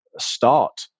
start